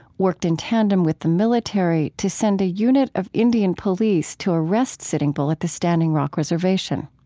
worked in tandem with the military to send a unit of indian police to arrest sitting bull at the standing rock reservation.